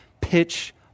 pitch